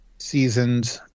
seasons